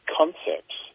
concepts